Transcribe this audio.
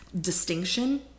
distinction